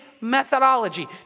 methodology